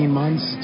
months